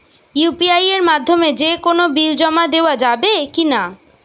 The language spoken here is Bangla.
ইউ.পি.আই এর মাধ্যমে যে কোনো বিল জমা দেওয়া যাবে কি না?